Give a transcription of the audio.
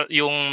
yung